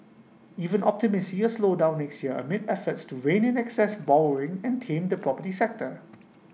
even optimists see A slowdown next year amid efforts to rein in excess borrowing and tame the property sector